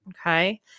okay